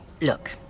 Look